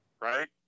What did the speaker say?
right